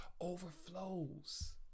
overflows